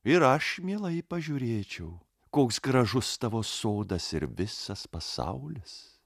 ir aš mielai pažiūrėčiau koks gražus tavo sodas ir visas pasaulis